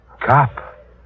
Cop